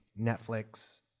Netflix